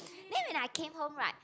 then when I came home right